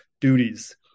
duties